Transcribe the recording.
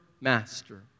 master